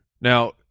Now